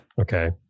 Okay